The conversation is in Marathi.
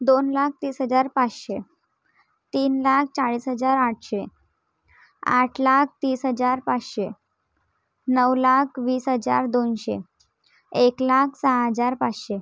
दोन लाख तीस हजार पाचशे तीन लाख चाळीस हजार आठशे आठ लाख तीस हजार पाचशे नऊ लाख वीस हजार दोनशे एक लाख सहा हजार पाचशे